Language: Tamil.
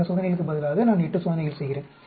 16 சோதனைகளுக்கு பதிலாக நான் 8 சோதனைகள் செய்கிறேன்